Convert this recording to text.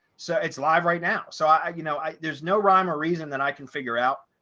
so it's live right now. so i you know, i there's no rhyme or reason that i can figure out.